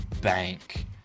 bank